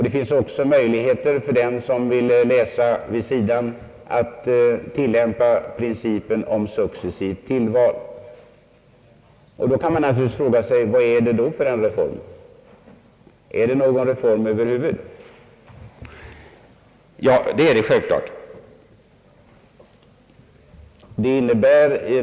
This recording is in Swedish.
Det finns också möjligheter för dem som vill läsa vid sidan att tillämpa principen om successivt tillval. Man kan naturligtvis fråga sig: Vad är det då för en reform? Är det en reform över huvud taget? Ja, självklart är det en reform.